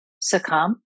succumb